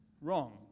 wrong